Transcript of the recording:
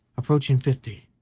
approaching fifty,